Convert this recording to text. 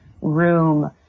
room